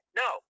no